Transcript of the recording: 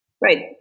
right